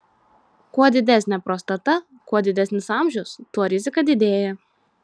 kuo didesnė prostata kuo didesnis amžius tuo rizika didėja